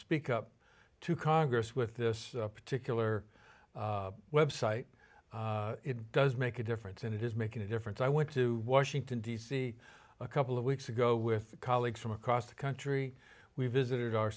speak up to congress with this particular website it does make a difference and it is making a difference i went to washington d c a couple of weeks ago with colleagues from across the country we visited our